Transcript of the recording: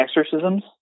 exorcisms